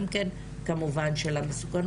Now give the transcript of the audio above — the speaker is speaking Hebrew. גם כן כמובן את המסוכנות,